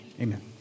amen